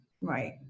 Right